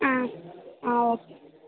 ஆ ஆ ஓகே